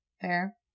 Fair